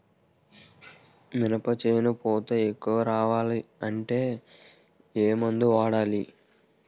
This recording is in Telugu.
మినప చేను పూత ఎక్కువ రావాలి అంటే ఏమందు వాడాలి?